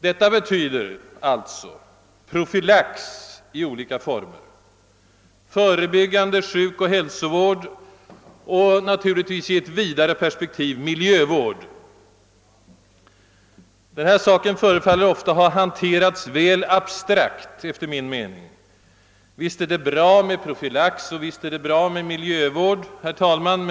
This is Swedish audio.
Detta betyder alltså profylax i olika former, förebyggande sjukoch hälsovård och naturligtvis i ett vidare perspektiv miljövård. Denna fråga förefaller enligt min mening ofta ha hanterats väl abstrakt. Visst är det bra med profylax och miljövård, säger man halvhjärtat.